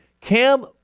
Cam